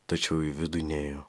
tačiau į vidų nėjo